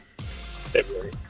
February